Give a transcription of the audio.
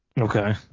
Okay